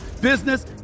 business